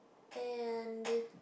and this